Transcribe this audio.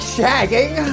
Shagging